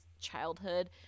childhood